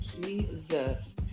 Jesus